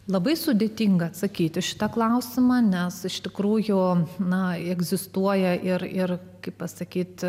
labai sudėtinga atsakyti į šitą klausimą nes iš tikrųjų na egzistuoja ir ir kaip pasakyti